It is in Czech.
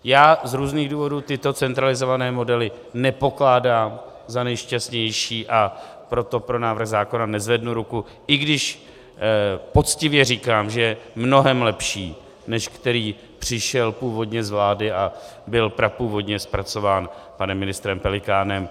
Já z různých důvodů tyto centralizované modely nepokládám za nejšťastnější, a proto pro návrh zákona nezvednu ruku, i když poctivě říkám, že je mnohem lepší, než který přišel původně z vlády a byl prapůvodně zpracován panem ministrem Pelikánem.